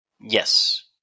Yes